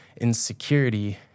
insecurity